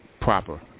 proper